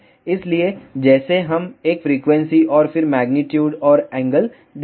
इसलिए जैसे हम एक फ्रीक्वेंसी और फिर मेग्नीट्यूड और एंगल देंगे